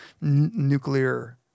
nuclear